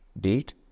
date